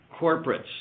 corporates